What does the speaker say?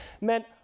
meant